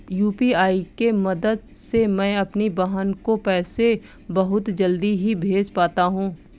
UPI के मदद से मैं अपनी बहन को पैसे बहुत जल्दी ही भेज पाता हूं